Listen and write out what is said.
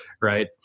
right